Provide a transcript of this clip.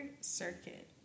circuit